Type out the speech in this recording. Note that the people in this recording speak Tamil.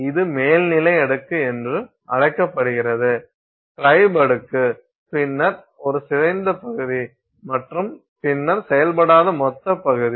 இது மேல்நிலை அடுக்கு என்று அழைக்கப்படுகிறது டிரைப் அடுக்கு பின்னர் ஒரு சிதைந்த பகுதி மற்றும் பின்னர் செயல்படாத மொத்த பகுதி